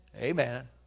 amen